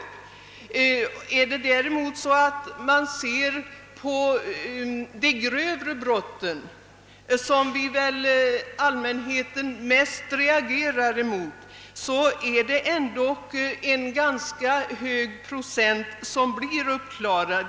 Om man däremot ser på de grövre brotten, som väl allmänheten mest reagerar mot, finner man att det är en ganska hög procent som klaras upp.